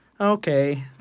Okay